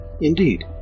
Indeed